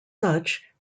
such